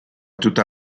tutta